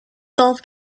golf